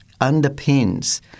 underpins